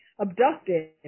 abducted